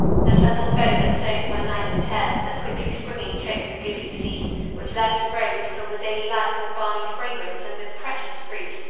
the subtle foe that sows by night the tares that quickly springing choke the goodly seed which left to grow would fill the daily life with balmy fragrance and with precious fruit.